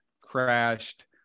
crashed